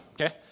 Okay